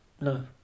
no